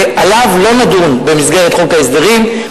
ועליו לא נדון במסגרת חוק ההסדרים.